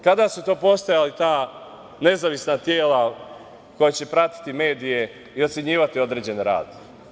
Kada su to postojala ta nezavisna tela koja će pratiti medije i ocenjivati određen rad?